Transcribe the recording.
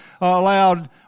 allowed